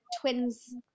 twins